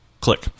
Click